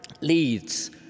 leads